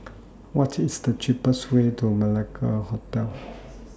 What IS The cheapest Way to Malacca Hotel